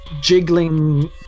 jiggling